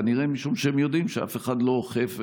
כנראה משום שהם יודעים שאף אחד לא אוכף,